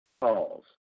calls